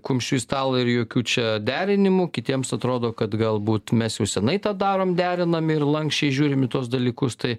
kumščiu į stalą ir jokių čia derinimų kitiems atrodo kad galbūt mes jau senai tą darom derinam ir lanksčiai žiūrim į tuos dalykus tai